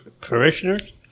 parishioners